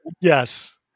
Yes